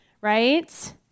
right